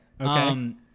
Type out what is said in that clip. okay